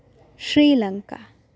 Sri Lanka